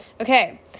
okay